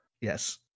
yes